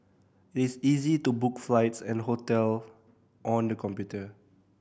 this is easy to book flights and hotel on the computer